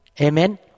Amen